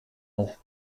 auch